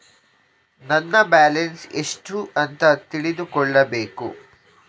ನನ್ನ ಬ್ಯಾಲೆನ್ಸ್ ಎಷ್ಟು ಅಂತ ತಿಳಿದುಕೊಳ್ಳಬೇಕು?